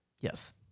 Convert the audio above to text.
yes